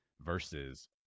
Versus